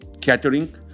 catering